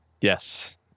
Yes